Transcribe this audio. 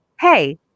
hey